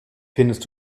findest